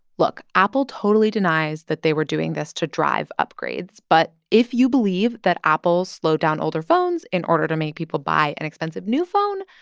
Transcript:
look. apple totally denies that they were doing this to drive upgrades. but if you believe that apple slowed down older phones in order to make people buy an expensive new phone,